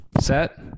Set